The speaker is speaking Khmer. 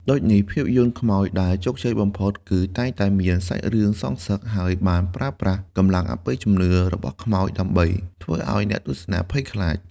ដូចនេះ ភាពយន្តខ្មោចដែលជោគជ័យបំផុតគឺតែងតែមាន សាច់រឿងសងសឹក ហើយបានប្រើប្រាស់កម្លាំងអបិយជំនឿ របស់ខ្មោចដើម្បីធ្វើឲ្យអ្នកទស្សនាភ័យខ្លាច។